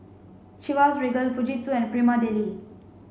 Chivas Regal Fujitsu and Prima Deli